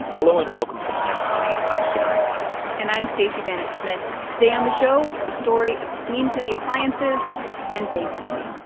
hello, and welcome to planet money. i'm sonari glinton and i'm stacey vanek smith. today on the show, the story of queen city appliances and bankruptcy.